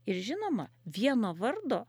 ir žinoma vieno vardo